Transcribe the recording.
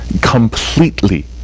completely